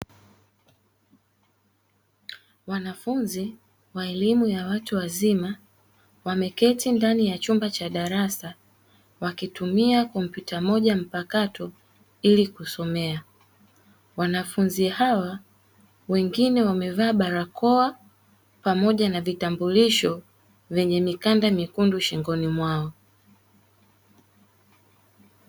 Wanafunzi wa elimu ya watu wazima wameketi ndani ya chumba cha darasa wakitumia kompyuta moja mpakato ili kusomea, wanafunzi hawa wengine wamevaa barakoa pamoja na vitambulisho vyenye mikanda myekundu shingoni mwao.